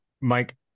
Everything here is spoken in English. Mike